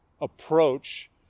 approach